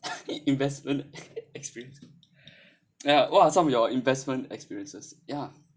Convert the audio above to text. investment experience ya what are some of your investment experiences ya